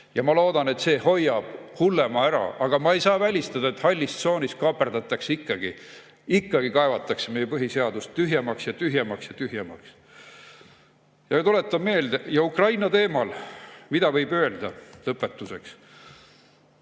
Ma loodan, et see hoiab hullema ära, aga ma ei saa välistada, et hallis tsoonis kaaperdatakse ikkagi. Ikkagi kaevatakse meie põhiseadust tühjemaks ja tühjemaks ja tühjemaks. Ukraina teemal, mida võib öelda lõpetuseks.